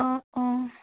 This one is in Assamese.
অঁ অঁ